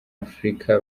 africa